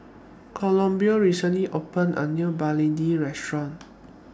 Columbia recently opened A New Begedil Restaurant